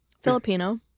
Filipino